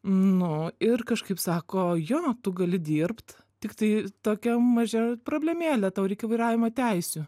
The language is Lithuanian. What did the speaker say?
nu ir kažkaip sako jo tu gali dirbt tiktai tokia maža problemėlė tau reikia vairavimo teisių